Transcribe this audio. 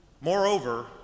Moreover